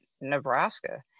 Nebraska